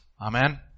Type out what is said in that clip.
Amen